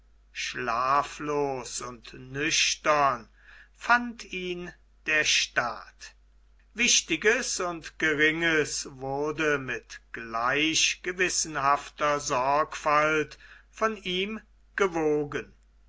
schlaflos und nüchtern fand ihn der staat wichtiges und geringes wurde mit gleich gewissenhafter sorgfalt von ihm gewogen